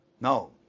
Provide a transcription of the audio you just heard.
no